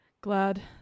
glad